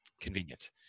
convenient